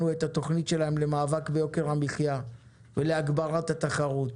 את התוכנית שלהם למאבק ביוקר המחיה ולהגברת התחרות.